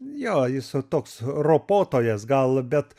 jo jis toks ropotojas gal bet